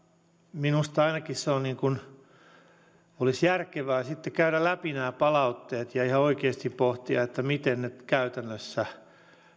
minusta ainakin olisi järkevää käydä läpi nämä palautteet ja ihan oikeasti pohtia miten tämä käytännössä